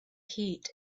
heat